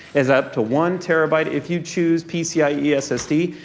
has up to one terabyte if you choose pcie ssd.